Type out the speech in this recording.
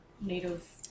native